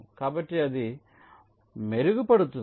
కాబట్టి అది మెరుగుపడుతుంది